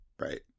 Right